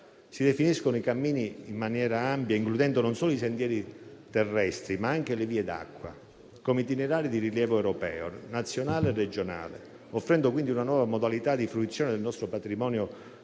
Si definiscono i cammini in maniera ampia, includendo non solo i sentieri terrestri, ma anche le vie d'acqua, come itinerari di rilievo europeo, nazionale e regionale, offrendo quindi una nuova modalità di fruizione del nostro patrimonio